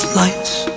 lights